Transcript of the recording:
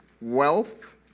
wealth